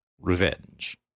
Revenge